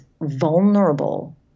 vulnerable